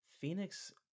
Phoenix